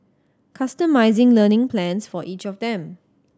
customising learning plans for each of them